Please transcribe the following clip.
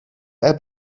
app